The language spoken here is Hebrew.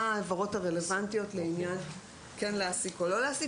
העבירות הרלוונטיות לעניין של כן להעסיק או לא להעסיק.